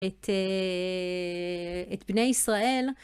את בני ישראל.